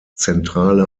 zentrale